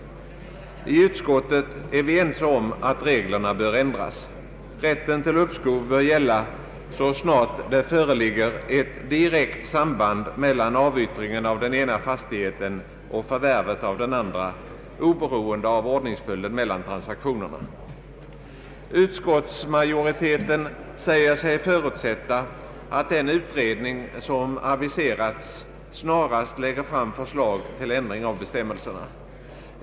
I utskottet är vi ense om att reglerna bör ändras. Rätten till uppskov bör gälla så snart det föreligger ett direkt samband mellan avyttringen av den ena fastigheten och förvärvet av den andra, oberoende av «ordningsföljden mellan transaktionerna. Utskottsmajoriteten säger sig förutsätta, att den utredning som aviserats snarast lägger fram förslag till ändring av bestämmelserna.